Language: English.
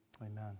Amen